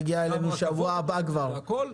גם רכבות אוטונומיות והכול,